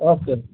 okay